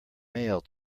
mail